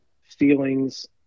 feelings